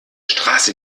straße